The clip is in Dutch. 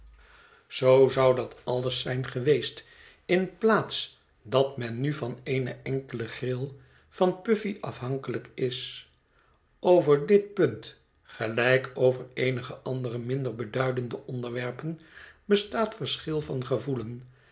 zoo zou dat alles zijn geweest in plaats dat men nu van eene enkele gril van pufly afhankelijk is over dit punt gelijk over eenige andere minder beduidende onderwerpen bestaat verschil van gevoelen